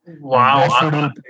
Wow